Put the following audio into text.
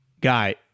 guy